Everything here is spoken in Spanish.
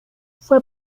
fue